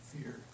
Fear